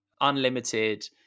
unlimited